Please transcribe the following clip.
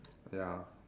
ya